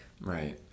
right